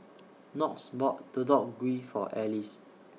Knox bought Deodeok Gui For Alys